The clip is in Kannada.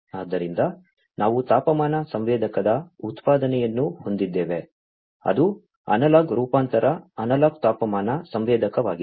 ಆದ್ದರಿಂದ ನಾವು ತಾಪಮಾನ ಸಂವೇದಕದ ಉದಾಹರಣೆಯನ್ನು ಹೊಂದಿದ್ದೇವೆ ಅದು ಅನಲಾಗ್ ರೂಪಾಂತರ ಅನಲಾಗ್ ತಾಪಮಾನ ಸಂವೇದಕವಾಗಿದೆ